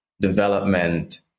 development